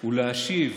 הוא להשיב